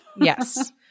Yes